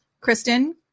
Kristen